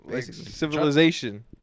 civilization